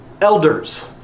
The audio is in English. elders